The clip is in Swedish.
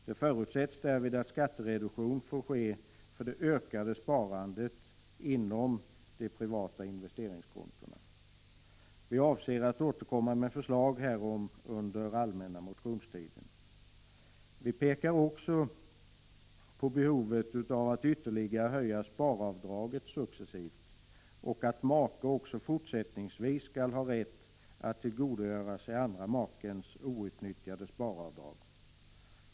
Det förutsätts därvid att skattereduktion får ske för det ökade sparandet i privata investeringskonton. Vi avser att återkomma med förslag härom under den allmänna motionstiden. Vi pekar också på behovet av att ytterligare höja sparavdraget successivt och att make också fortsättningsvis skall ha rätt att tillgodogöra sig den andra makens outnyttjade sparavdrag.